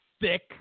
thick